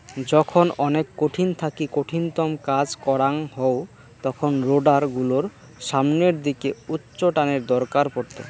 যখন অনেক কঠিন থাকি কঠিনতম কাজ করাং হউ তখন রোডার গুলোর সামনের দিকে উচ্চটানের দরকার পড়ত